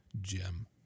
gem